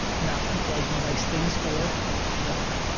not people i do nice things for. that's a killer.